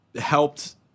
Helped